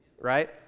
right